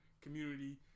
community